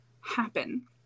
happen